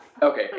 Okay